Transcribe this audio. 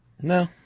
No